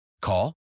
Call